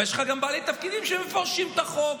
אבל יש לך גם בעלי תפקידים שמפרשים את החוק,